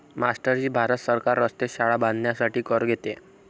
master ji Bharat सरकार रस्ते, शाळा बांधण्यासाठी कर घेते